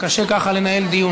קשה ככה לנהל דיון.